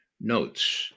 notes